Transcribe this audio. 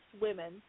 women